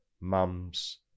mums